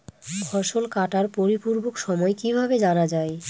ফসল কাটার পরিপূরক সময় কিভাবে জানা যায়?